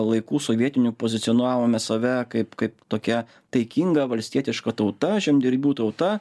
laikų sovietinių pozicionavome save kaip kaip tokia taikinga valstietiška tauta žemdirbių tauta